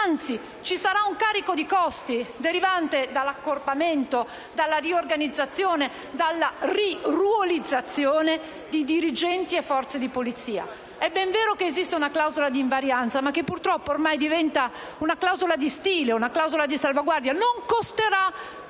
anzi ci sarà un carico di costi, derivante dall'accorpamento, dalla riorganizzazione, dalla riruolizzazione di dirigenti e forze di polizia. È ben vero che esiste una clausola di invarianza, ma purtroppo ormai questa è diventata una clausola di stile. Si dice che queste